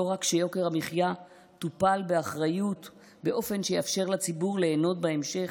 לא רק שיוקר המחיה טופל באחריות באופן שיאפשר לציבור ליהנות בהמשך,